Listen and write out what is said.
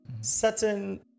certain